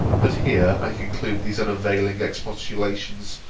but here i conclude these unavailing expostulations,